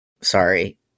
Sorry